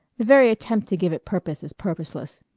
the very attempt to give it purpose is purposeless.